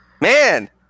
man